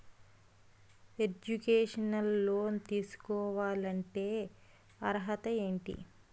Educational loan తీసుకోవాలంటే అర్హత ఏంటి?